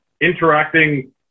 interacting